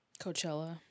Coachella